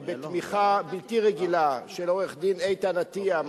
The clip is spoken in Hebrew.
בתמיכה בלתי רגילה של עורך-הדין איתן אטיה,